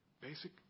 basic